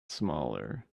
smaller